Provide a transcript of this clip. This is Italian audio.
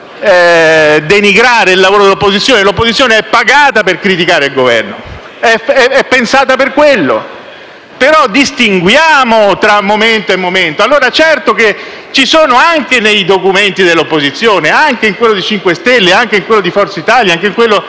per denigrarne il lavoro ma l'opposizione è pagata per denigrare il Governo, è pensata per quello. Però distinguiamo tra momento e momento. Certo che ci sono, anche nei documenti dell'opposizione, anche in quello del Movimento 5 Stelle, anche in quello di Forza Italia e in quello